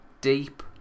deep